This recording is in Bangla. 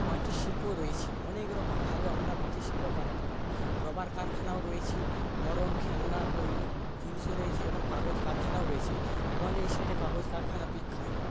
মাটির শিল্পও রয়েছে অনেকরকম ভালো আমরা মাটির শিল্প বানাতে পারি রবার কারখানাও রয়েছে নরম খেলনা তৈরির জিনিসও রয়েছে এবং কাগজ কারখানাও রয়েছে আমাদের এই সাইডে কাগজ কারখানা বিখ্যাত